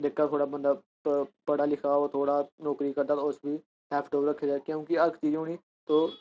जेह्का थोह्ड़ा बंदा पढ़े लिखे दा होग थोह्ड़ा नौकरी करदा होग तां उस बी लैपटाप रक्खे दा क्योंकि हर इक चीज हुन तुस